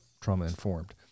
trauma-informed